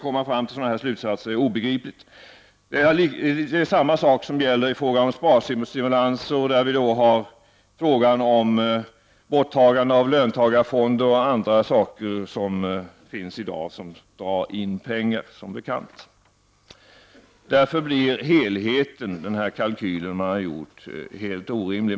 Det gäller socialförsäkringarna och det gäller sparstimulanserna, där man i dag diskuterar borttagande av löntagarfonder och annat som ju drar in peng arna. Därför blir helheten i den kalkyl socialdemokraterna redovisat orimlig.